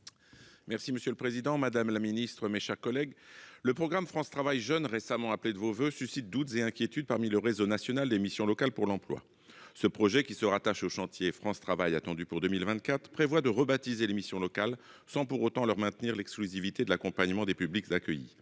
Merci, monsieur le Président Madame la Ministre, mes chers collègues. Le programme France travail jeune récemment appelé de vos voeux suscite doutes et inquiétudes parmi le réseau national des missions locales pour l'emploi. Ce projet qui se rattache au chantier France travail attendu pour 2024 prévoit de rebaptiser les missions locales sans pour autant leur maintenir l'exclusivité de l'accompagnement des publics accueillis